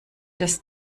des